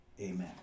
Amen